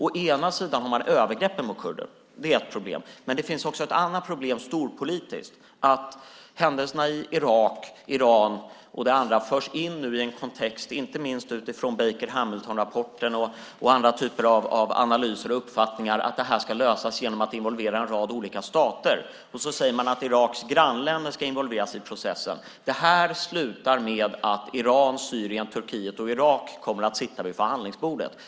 Å ena sidan har man övergrepp mot kurder. Det är ett problem. Men det finns också ett annat storpolitiskt problem, nämligen att händelserna i Irak och Iran förs in i en kontext, inte minst utifrån Baker-Hamilton-rapporten och andra typer av analyser och uppfattningar, där det här ska lösas genom att involvera en rad olika stater. Sedan säger man att Iraks grannländer ska involveras i processen. Det här slutar med att Iran, Syrien, Turkiet och Irak kommer att sitta vid förhandlingsbordet.